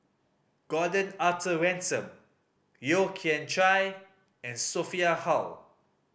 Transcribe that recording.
Gordon Arthur Ransome Yeo Kian Chai and Sophia Hull